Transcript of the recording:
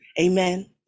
Amen